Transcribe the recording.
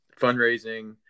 fundraising